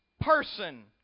person